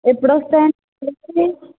ఎప్పుడొస్తాయండి list the